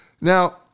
Now